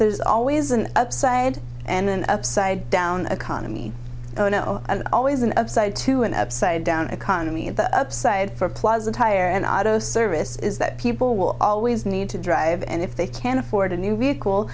there's always an upside and then upside down economy oh no i've always an upside to an upside down economy and the upside for plaza tire and auto service is that people will always need to drive and if they can afford a new